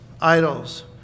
idols